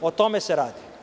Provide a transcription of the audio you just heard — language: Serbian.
O tome se radi.